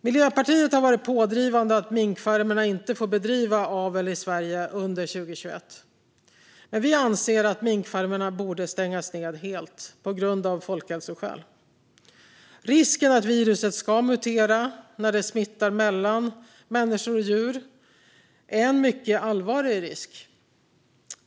Miljöpartiet har varit pådrivande för att minkfarmerna inte ska få bedriva avel i Sverige under 2021, men vi anser att de borde stängas helt, av folkhälsoskäl. Risken för att viruset ska mutera när det smittar mellan människor och djur är en mycket allvarlig risk.